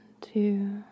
two